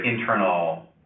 internal